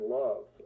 love